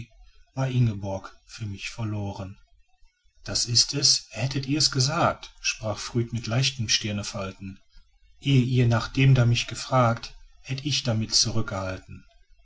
war ingeborg für mich verloren das ist es hättet ihr's gesagt sprach früd mit leichtem stirnefalten eh ihr nach dem da mich gefragt hätt ich damit zurückgehalten